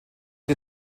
die